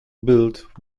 built